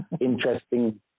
Interesting